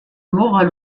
moral